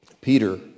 Peter